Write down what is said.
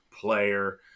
player